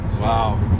Wow